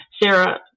Sarah